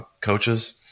coaches